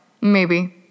maybe